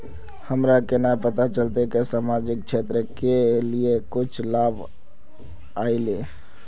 हमरा केना पता चलते की सामाजिक क्षेत्र के लिए कुछ लाभ आयले?